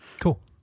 Cool